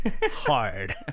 hard